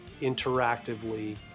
interactively